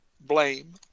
blame